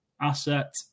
asset